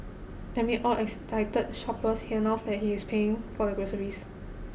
amid all excited shoppers he announced that he is paying for the groceries